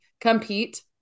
compete